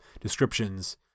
descriptions